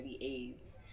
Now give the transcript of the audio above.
AIDS